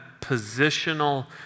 positional